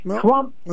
Trump